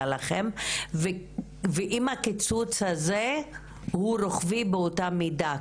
לכם ואם הקיצוץ הזה הוא רוחבי באותה המידה.